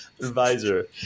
advisor